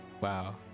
Wow